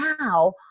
now